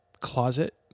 closet